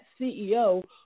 CEO